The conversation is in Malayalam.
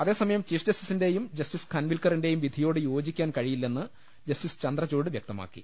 അതേസമയം ചീഫ് ജസ്റ്റിസിന്റെയും ജസ്റ്റിസ് ഖാൻവിൽ ക്കറിന്റെയും വിധിയോട് യോജിക്കാൻ കഴിയില്ലെന്ന് ജസ്റ്റിസ് ചന്ദ്രചൂഡ് വൃക്തമാക്കി